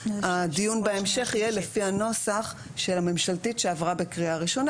הדיון בהמשך יהיה לפי הנוסח של הממשלתית שעברה בקריאה ראשונה.